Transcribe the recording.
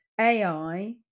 AI